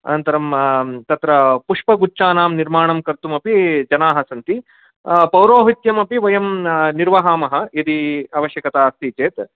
अनन्तरं तत्र पुष्पगुच्छानां निर्माणं कर्तुमपि जनाः सन्ति पौरोहित्यमपि वयं निर्वाहमः यदि आवश्यकता अस्ति चेत्